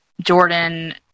Jordan